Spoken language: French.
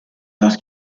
parce